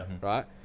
right